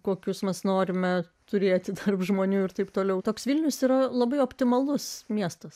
kokius mes norime turėti tarp žmonių ir taip toliau toks vilnius yra labai optimalus miestas